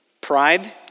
pride